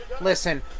Listen